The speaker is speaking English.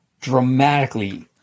dramatically